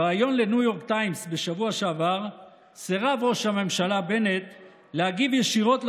בריאיון לניו יורק טיימס בשבוע שעבר סירב ראש הממשלה בנט להגיב ישירות על